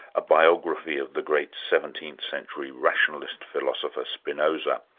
a biography of the great seventeenth century rationalist philosopher, spinoza.